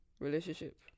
relationship